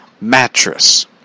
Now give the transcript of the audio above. mattress